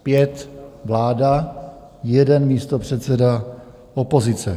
Pět vláda, jeden místopředseda opozice.